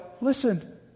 listen